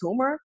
tumor